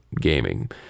gaming